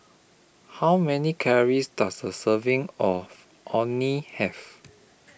How Many Calories Does A Serving of Orh Nee Have